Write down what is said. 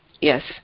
Yes